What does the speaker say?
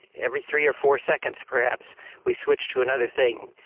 every three or four seconds perhaps we switch to another thing,